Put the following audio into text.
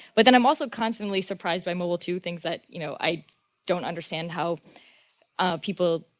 but then, i'm also constantly surprised by mobile. two things that, you know, i don't understand how people,